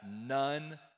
none